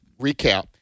recap